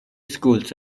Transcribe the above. schools